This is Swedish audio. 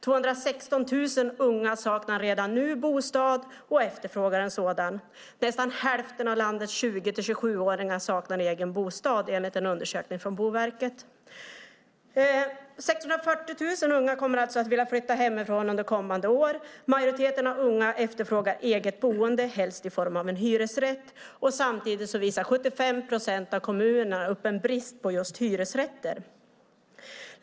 216 000 unga saknar redan nu bostad och efterfrågar en sådan. Nästan hälften av landets 20-27-åringar saknar egen bostad, enligt en undersökning från Boverket. 640 000 unga kommer alltså att vilja flytta hemifrån under kommande år. Majoriteten av unga efterfrågar eget boende, helst i form av en hyresrätt. Samtidigt visar 75 procent av kommunerna upp en brist på just hyresrätter.